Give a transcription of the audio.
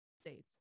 states